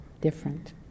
different